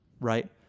right